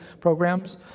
programs